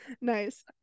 Nice